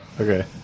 Okay